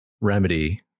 remedy